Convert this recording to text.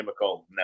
no